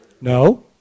No